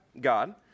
God